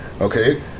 Okay